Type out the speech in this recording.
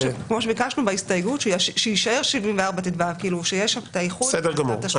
כמו שביקשנו, בהסתייגות שיישאר 74טו. בסדר גמור.